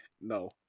No